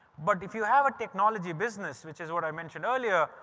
but if you have a technology business, which is what i mentioned earlier,